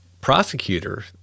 prosecutor